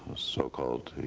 so-called